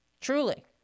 Truly